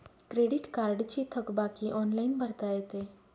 credit कार्डची थकबाकी online भरता येते